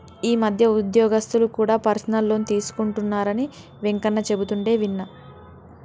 ఈ మధ్య ఉద్యోగస్తులు కూడా పర్సనల్ లోన్ తీసుకుంటున్నరని వెంకన్న చెబుతుంటే విన్నా